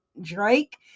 drake